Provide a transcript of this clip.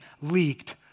leaked